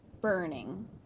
burning